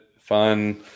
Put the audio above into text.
Fun